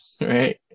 right